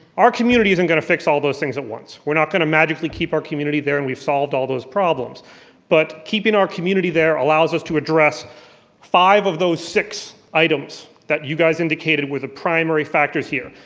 our community isn't gonna fix all those things at once. we're not gonna magically keep our community there and we've solved all those problems but keeping our community there allows us to address five of those six items that you guys indicated were primary factors here.